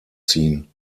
ziehen